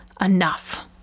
enough